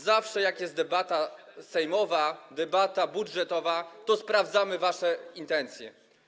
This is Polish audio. Zawsze jak jest sejmowa debata budżetowa, to sprawdzamy wasze intencje.